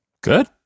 Good